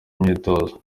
imyitozo